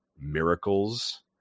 miracles